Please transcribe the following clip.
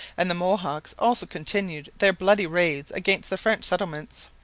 and the mohawks also continued their bloody raids against the french settlements.